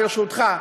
ברשותך,